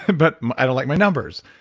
but i don't like my numbers.